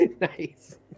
Nice